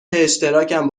اشتراکم